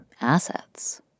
assets